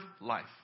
life